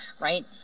right